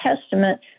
Testament